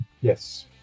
yes